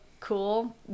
Cool